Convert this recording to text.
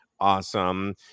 awesome